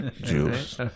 juice